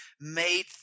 made